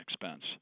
expense